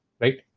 right